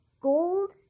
gold